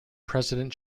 president